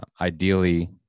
ideally